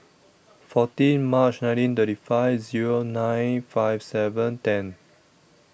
fourteen March nineteen thirty five Zero nine five seven ten